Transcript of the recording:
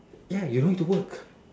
ya you don't need to work